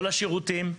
לא לשירותים,